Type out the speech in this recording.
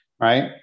Right